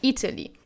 Italy